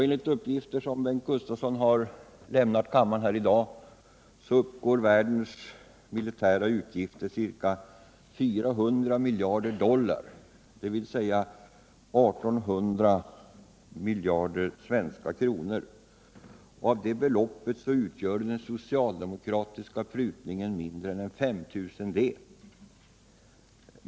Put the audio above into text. Enligt uppgifter som Bengt Gustavsson har lämnat kammaren här i dag uppgår världens militära utgifter till ca 400 miljarder dollar, dvs. ca I 800 miljarder svenska kronor. Av det beloppet utgör den socialdemokratiska prutningen mindre än en femtusendel.